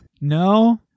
No